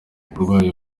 uburwayi